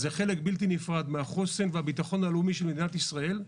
זה חלק בלתי נפרד מהחוסן והביטחון הלאומי של מדינת ישראל,